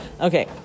Okay